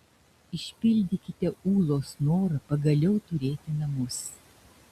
išpildykite ūlos norą pagaliau turėti namus